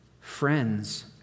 friends